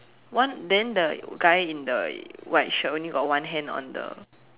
one then the guy in the white shirt only got one hand on the